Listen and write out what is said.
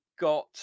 got